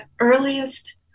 earliest